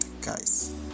guys